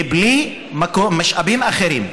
בלי משאבים אחרים,